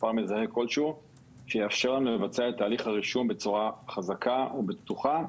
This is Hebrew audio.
מספר מזהה כלשהוא שיאפשר לנו לבצע את תהליך הרישום בצורה חזקה ובטוחה,